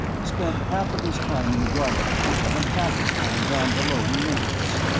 spent half of his time in the drive room, and half his time down below in maintenance.